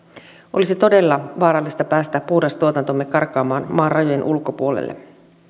olisi todella vaarallista päästää puhdas tuotantomme karkaamaan maan rajojen ulkopuolelle